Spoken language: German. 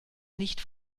nicht